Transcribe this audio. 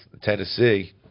Tennessee